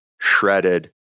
shredded